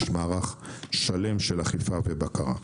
יש מערך שלם של אכיפה ובקרה.